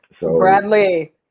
Bradley